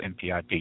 MPIP